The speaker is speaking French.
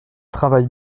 travaille